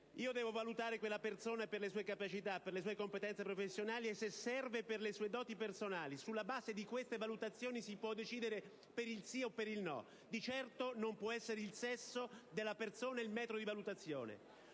Si deve valutare quella persona per le sue capacità e competenze professionali e, se serve, per le sue doti personali: sulla base di queste valutazioni si può decidere per il sì o per il no, ma di certo non può essere il sesso della persona il metro di valutazione.